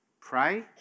pray